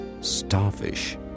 starfish